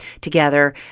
together